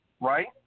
Right